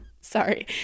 sorry